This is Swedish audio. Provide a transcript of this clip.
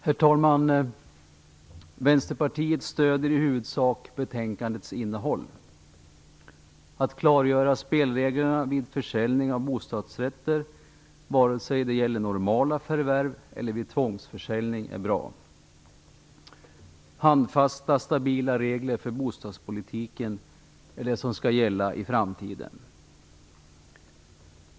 Herr talman! Vänsterpartiet stöder i huvudsak innehållet i betänkandet. Att klargöra spelreglerna vid försäljning av bostadsrätter, vare sig det gäller normala förvärv eller tvångsförsäljning, är bra. Handfasta stabila regler för bostadspolitiken är det som skall gälla i framtiden.